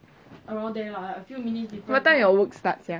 what time your work start sia